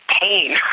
pain